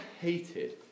hated